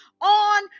on